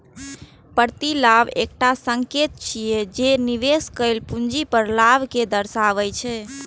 प्रतिलाभ एकटा संकेतक छियै, जे निवेश कैल पूंजी पर लाभ कें दर्शाबै छै